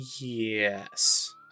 yes